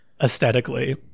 aesthetically